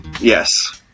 Yes